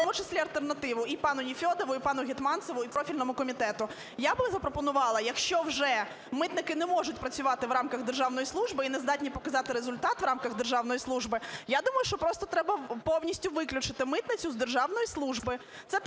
в тому числі альтернативу і пану Нефьодову, і пану Гетманцеву, і профільному комітету. Я би запропонувала, якщо вже митники не можуть працювати в рамках державної служби і не здатні показати результат в рамках державної служби, я думаю, що просто треба повністю виключити митницю з державної служби.